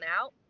out